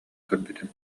көрбүтүм